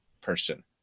person